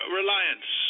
reliance